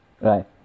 Right